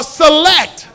select